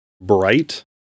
Bright